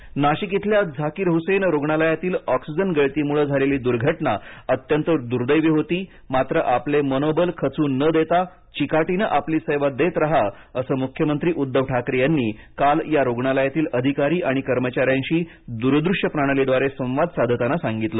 मख्यमंत्री संवाद नाशिक इथल्या झाकीर हुसेन रुग्णालयातील ऑक्सिजन गळतीमुळे झालेली दूर्घटना अत्यंत दूर्दैवी होती मात्र आपले मनोबल खचू न देता चिकाटीने आपली सेवा देत राहा असं मुख्यमंत्री उद्दव ठाकरे यांनी काल या रूग्णालयातील अधिकारी आणि कर्मचाऱ्यांशी दुरदूश्य प्रणालीद्वारे संवाद साधताना सांगितलं